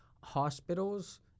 Hospitals